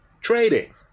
trading